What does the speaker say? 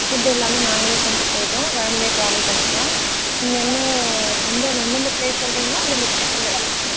food எல்லாமே நாங்களே கொண்டு போய்டுறோம் வேன்லயே ட்ராவல் பண்ணிக்கலாம் நீங்கள் என்ன எந்தந்த பிளேஸ் சொல்லுங்களோ அந்தந்த பிளேஸ் எல்லாத்தையும் காட்டுகிறோம் மேம்